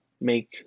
make